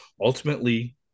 Ultimately